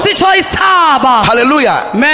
hallelujah